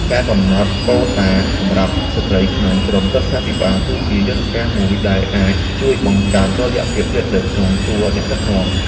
ការកំណត់កូតាសម្រាប់ស្ត្រីក្នុងក្រុមប្រឹក្សាភិបាល គឺជាយន្តការមួយដែលអាចជួយបង្កើនតុល្យភាពយេនឌ័រក្នុងជួរអ្នកដឹកនាំ។